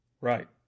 Right